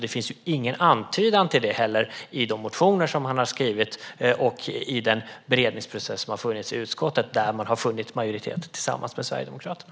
Det finns heller ingen antydan till det i de motioner som man har skrivit och i den beredningsprocess som har funnits i utskottet, där man har funnit majoritet tillsammans med Sverigedemokraterna.